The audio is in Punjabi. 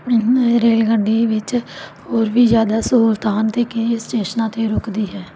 ਇਸ ਰੇਲਗੱਡੀ ਵਿੱਚ ਹੋਰ ਵੀ ਜ਼ਿਆਦਾ ਸਹੂਲਤਾਂ ਹਨ ਅਤੇ ਕਿਹੜੇ ਸਟੇਸ਼ਨਾਂ 'ਤੇ ਰੁੱਕਦੀ ਹੈ